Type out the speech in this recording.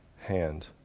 hand